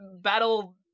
Battle